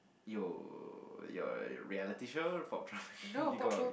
you your reality show popular you got